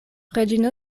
reĝino